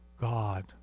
God